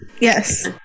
Yes